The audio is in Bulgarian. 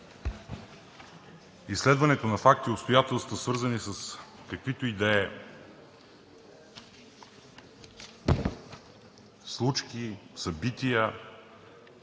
Изследването на факти и обстоятелства, свързани с каквито и да е случки, събития,